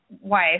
wife